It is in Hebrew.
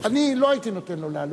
אני לא הייתי נותן לו להעלות,